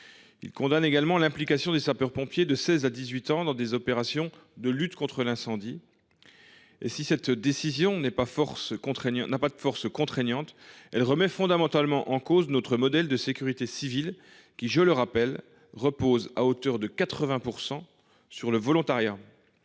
Ils condamnent également l’implication de sapeurs pompiers âgés de 16 ans à 18 ans dans des opérations de lutte contre l’incendie. Si cette décision n’a pas de force contraignante, elle remet en revanche fondamentalement en cause notre modèle de sécurité civile, qui, je le rappelle, repose essentiellement sur le volontariat.